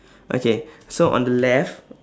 okay so on the left